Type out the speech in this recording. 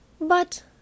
But